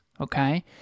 okay